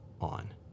on